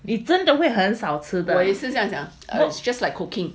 我也是这样想 it's just like cooking